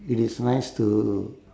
it is nice to